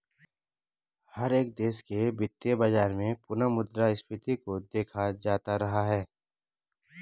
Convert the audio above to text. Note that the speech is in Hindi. हर एक देश के वित्तीय बाजार में पुनः मुद्रा स्फीती को देखा जाता रहा है